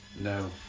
No